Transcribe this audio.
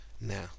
Now